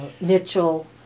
Mitchell